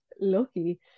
lucky